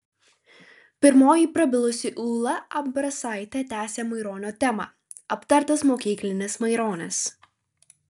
pirmoji prabilusi ūla ambrasaitė tęsė maironio temą aptartas mokyklinis maironis